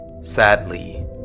Sadly